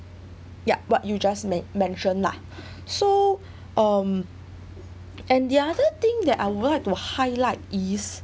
yeah what you just men~ mentioned lah so so um and the other thing that I'd like to highlight is